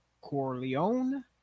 corleone